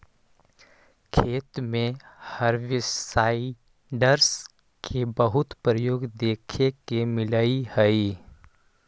खेत में हर्बिसाइडस के बहुत प्रयोग देखे के मिलऽ हई